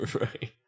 Right